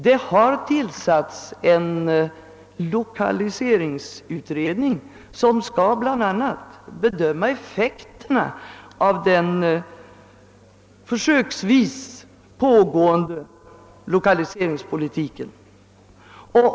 Det har tillsatts en lokaliseringsutredning som bl.a. bedömer effekterna av den försöksvis pågående lokalise ringspolitiken.